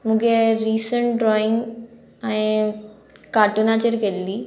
मुगे recent drawing हांयें कार्टूनचेर केल्ली